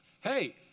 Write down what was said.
hey